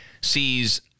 sees